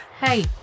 hey